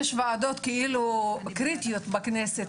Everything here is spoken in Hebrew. יש וועדות קריטיות בכנסת,